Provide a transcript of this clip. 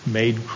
made